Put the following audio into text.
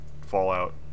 Fallout